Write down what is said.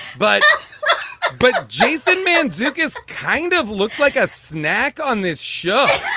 but ah but ah jason man zuokas kind of looks like a snack on this show